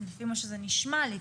לפי מה שזה נשמע לי,